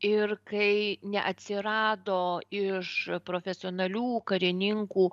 ir kai neatsirado iš profesionalių karininkų